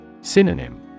Synonym